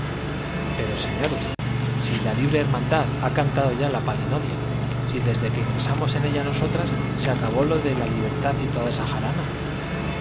pero señores si la libre hermandad ha cantado ya la palinodia si desde que ingresamos en ella nosotras se acabó lo de la libertad y toda esa jarana